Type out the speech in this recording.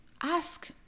ask